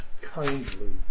kindly